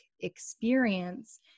experience